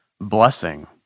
blessing